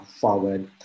forward